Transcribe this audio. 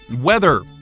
weather